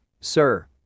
sir